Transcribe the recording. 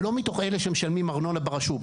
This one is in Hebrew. לא מתוך אלה שמשלמים ארנונה ברשות.